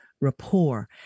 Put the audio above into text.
rapport